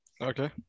Okay